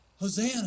Hosanna